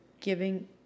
giving